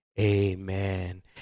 Amen